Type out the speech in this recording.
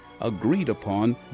agreed-upon